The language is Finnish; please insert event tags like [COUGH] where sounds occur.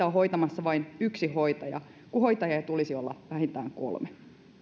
[UNINTELLIGIBLE] on hoitamassa vain yksi hoitaja kun hoitajia tulisi olla vähintään kolme